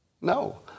No